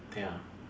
ya